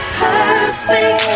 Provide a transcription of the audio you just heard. perfect